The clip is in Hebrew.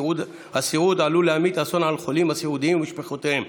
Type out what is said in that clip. הסיעוד עלולה להמיט אסון על החולים הסיעודיים ומשפחותיהם,